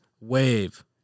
wave